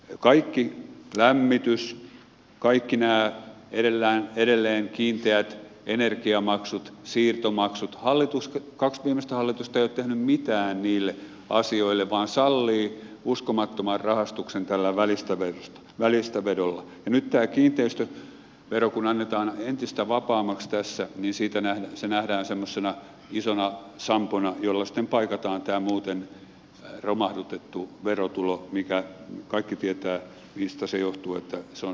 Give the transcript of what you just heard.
kaikki lämmitys kaikki nämä edelleen kiinteät energiamaksut siirtomaksut kaksi viimeistä hallitusta ei ole tehnyt mitään niille asioille vaan sallii uskomattoman rahastuksen tällä välistävedolla ja nyt kun tämä kiinteistövero annetaan entistä vapaammaksi tässä niin se nähdään semmoisena isona sampona jolla sitten paikataan tämä muuten romahdutettu verotulo josta kaikki tietävät mistä johtuu että se on suomessa vähentynyt